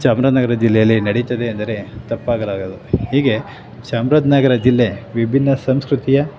ಚಾಮರಾಜನಗರ ಜಿಲ್ಲೆಯಲ್ಲಿ ನಡಿತದೆ ಎಂದರೆ ತಪ್ಪಾಗಲಾಗದು ಹೀಗೆ ಚಾಮರಾಜನಗರ ಜಿಲ್ಲೆ ವಿಭಿನ್ನ ಸಂಸ್ಕೃತಿಯ